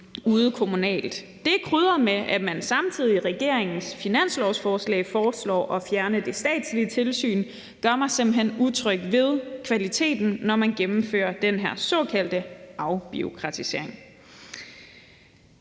det samtidig er krydret med, at man i regeringens finanslovsforslag foreslår at fjerne det statslige tilsyn, gør det mig simpelt hen utryg ved kvaliteten, når man gennemfører den her såkaldte afbureaukratisering.